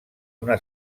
una